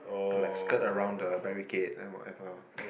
like skirt around the barricade and whatever